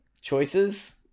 Choices